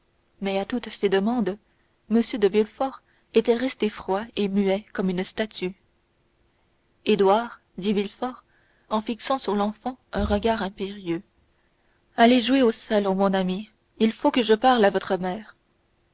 mais à toutes ces demandes m de villefort était resté froid et muet comme une statue édouard dit villefort en fixant sur l'enfant un regard impérieux allez jouer au salon mon ami il faut que je parle à votre mère